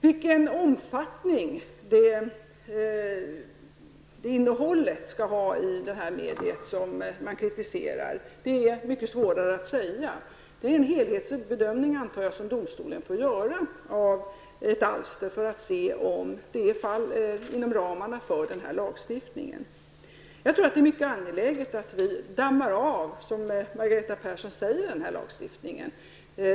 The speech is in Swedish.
Vilken omfattning våldsinnehållet skall ha i det medium man kritiserar är mycket svårare att säga. Domstolen får göra en helhetsbedömning av ett alster för att se om det faller inom ramen för denna lagstiftning. Det är mycket angeläget att vi dammar av, som Margareta Persson säger, denna lagstiftning.